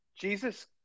Jesus